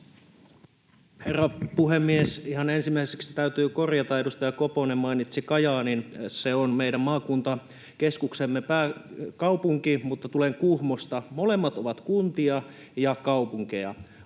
Herra puhemies! Ihan ensimmäiseksi täytyy korjata: Edustaja Koponen mainitsi Kajaanin, joka on meidän maakuntakeskuksemme, pääkaupunki, mutta tulen Kuhmosta. Molemmat ovat kuntia ja kaupunkeja.